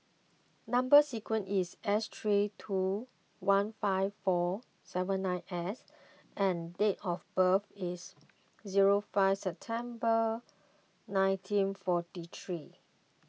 Number Sequence is S three two one five four seven nine S and date of birth is zero five September nineteen forty three